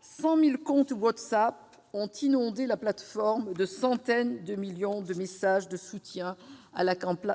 100 000 comptes WhatsApp ont inondé la plateforme de centaines de millions de messages de soutien à la campagne